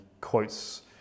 quotes